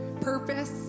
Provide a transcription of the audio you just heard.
purpose